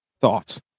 thoughts